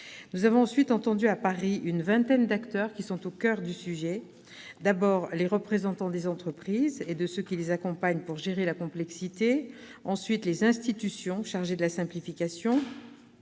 Nous avons ensuite entendu à Paris une vingtaine d'acteurs qui sont au coeur du sujet : d'abord, les représentants des entreprises et de ceux qui les accompagnent pour gérer la complexité ; ensuite, les institutions chargées de la simplification,